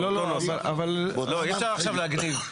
אי אפשר עכשיו להגדיר,